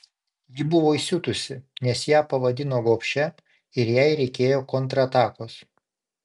ji buvo įsiutusi nes ją pavadino gobšia ir jai reikėjo kontratakos